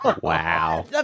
Wow